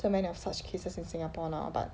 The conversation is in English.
so many of such cases in singapore now but